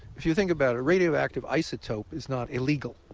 if you think about it, radioactive isotope is not illegal,